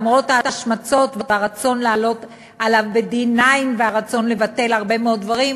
למרות ההשמצות והרצון לעלות עליו ב-9-D והרצון לבטל הרבה מאוד דברים,